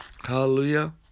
Hallelujah